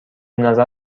نظر